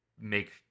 make